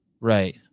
Right